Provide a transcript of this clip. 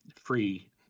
free